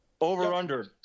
over-under